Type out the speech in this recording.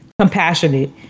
compassionate